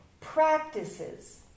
Practices